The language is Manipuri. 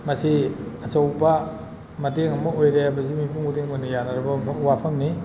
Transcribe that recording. ꯃꯁꯤ ꯑꯆꯧꯕ ꯃꯇꯦꯡ ꯑꯃ ꯑꯣꯏꯔꯦ ꯍꯥꯏꯕꯁꯤ ꯃꯤꯄꯨꯝ ꯈꯨꯗꯤꯡꯃꯛꯅ ꯌꯥꯅꯔꯕ ꯋꯥꯐꯝꯅꯤ